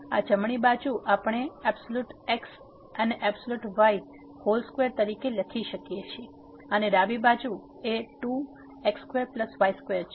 આ જમણી બાજુ આપણે | x || y | હોલ સ્ક્વેર તરીકે લખી શકીએ છીએ અને ડાબી બાજુ એ 2x2y2 છે